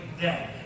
day